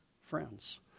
friends